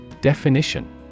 Definition